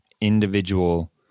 individual